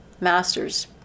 master's